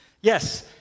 yes